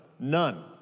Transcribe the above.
None